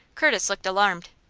curtis looked alarmed.